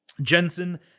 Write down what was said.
Jensen